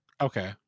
Okay